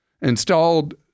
Installed